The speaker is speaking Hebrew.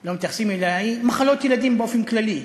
לא מתייחסים אליה, היא מחלות ילדים באופן כללי.